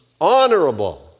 honorable